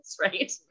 right